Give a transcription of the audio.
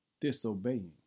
disobeying